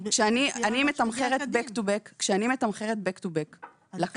כשאני מתמחרת Back to back לקבלן --- אלה